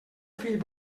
fill